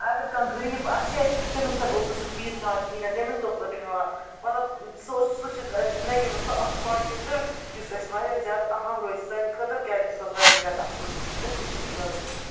اگر کانٛہہ غریٖب آسہِ ہے تٔمِس تِنہٕ اوس نہٕ سُہ فیٖس ہٮ۪وان کِہیٖنۍ تِنہٕ تٔمِس تہِ اوس مطلب سُہ اوس سُہ چھِ اَسہِ زندگی منٛز سُہ اَکھ کاڈِنٮ۪ٹَر یُس اَسہِ واریاہ زیادٕ اہَم روزِ سانہِ خٲطرٕ کیٛازِکہِ سُہ اوس واریاہ زیادٕ اَصٕل تہٕ خوش اخلٲقی